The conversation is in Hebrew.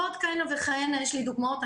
ועוד כהנה וכהנה יש לי דוגמאות,